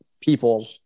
people